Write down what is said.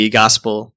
gospel